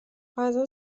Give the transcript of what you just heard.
غذا